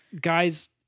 guys